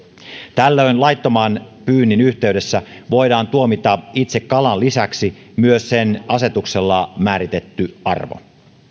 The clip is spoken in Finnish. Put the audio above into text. tällöin laittoman pyynnin yhteydessä voidaan tuomita itse kalan lisäksi myös sen asetuksella määritetty arvo